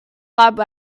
lab